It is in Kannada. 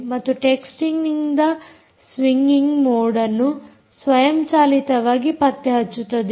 ಮತ್ತು ಟೆಕ್ಸ್ಟಿಂಗ್ ನಿಂದ ಸ್ವಿಂಗಿಂಗ್ ಮೋಡ್ಅನ್ನು ಸ್ವಯಂಚಾಲಿತವಾಗಿ ಪತ್ತೆ ಹಚ್ಚುತ್ತದೆ